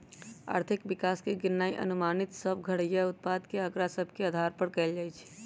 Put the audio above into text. आर्थिक विकास के गिननाइ अनुमानित सभ घरइया उत्पाद के आकड़ा सभ के अधार पर कएल जाइ छइ